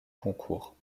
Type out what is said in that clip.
concours